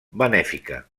benèfica